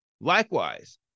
Likewise